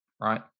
right